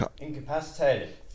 Incapacitated